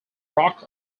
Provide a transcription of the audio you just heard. rock